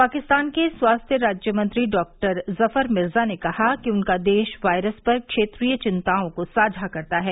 पाकिस्तान के स्वास्थ्य राज्यमंत्री डॉ जफर मिर्जा ने कहा कि उनका देश वायरस पर क्षेत्रीय चिंताओं को साझा करता है